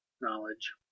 knowledge